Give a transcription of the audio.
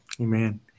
Amen